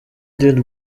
del